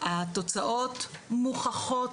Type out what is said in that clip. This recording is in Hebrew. התוצאות מוכחות,